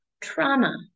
trauma